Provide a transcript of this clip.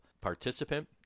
participant